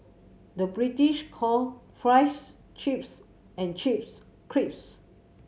the British call fries chips and chips crisps